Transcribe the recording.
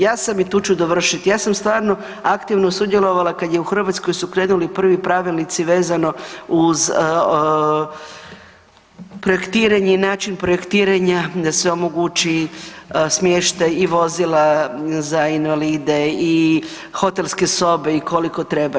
Ja sam, i tu ću dovršiti, ja sam stvarno aktivno sudjelovala kad je u Hrvatskoj su krenuli prvi pravilnici vezano uz projektiranje i način projektiranja da se omogući smještaj i vozila za invalide i hotelske sobe i koliko treba.